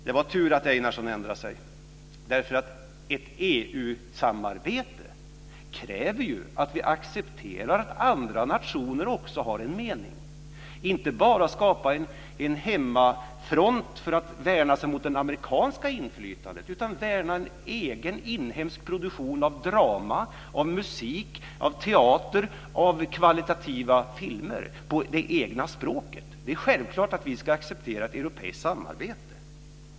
Det var tur att Einarsson ändrade sig därför att ett EU-samarbete kräver att vi accepterar att andra nationer också har en mening. Det handlar inte bara om att skapa en hemmafront för att värna sig mot det amerikanska inflytandet utan om att värna en egen inhemsk produktion av drama, musik, teater och kvalitativa filmer på det egna språket. Det är självklart att vi ska acceptera ett europeiskt samarbete.